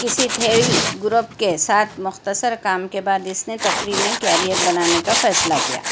کسی theatre group کے ساتھ مختصر کام کے بعد اس نے تفریح میں کیریئر بنانے کا فیصلہ کیا